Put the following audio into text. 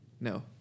No